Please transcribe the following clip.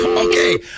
Okay